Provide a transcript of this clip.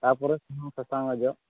ᱛᱟᱯᱚᱨᱮ ᱥᱩᱱᱩᱢ ᱥᱟᱥᱟᱝ ᱚᱡᱚᱜ